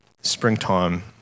Springtime